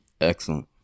Excellent